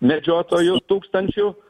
medžiotojų tūkstančių